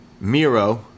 Miro